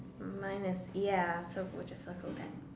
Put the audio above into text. mine has ya so we'll just circle that